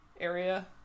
area